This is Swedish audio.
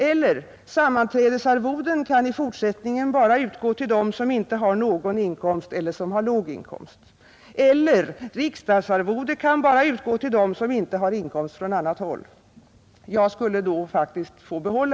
eller: Sammanträdesarvoden kan i fortsättningen bara utgå till dem som inte har någon inkomst eller som har låg inkomst. Eller: Riksdagsarvode kan bara utgå till dem som inte har inkomst från annat håll.